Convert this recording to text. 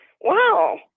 Wow